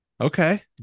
Okay